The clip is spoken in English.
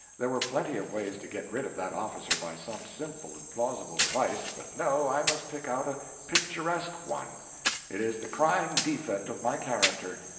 there were plenty of ways to get rid of that officer by some simple and plausible device, but no, i must pick out a picturesque one it is the crying defect of my character.